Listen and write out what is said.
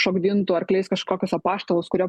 šokdintų arkliais kažkokius apaštalus kurie